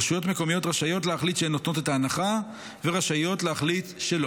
רשויות מקומיות רשאיות להחליט שהן